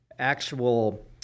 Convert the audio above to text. actual